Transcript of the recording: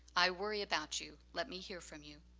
i worry about you, let me hear from you.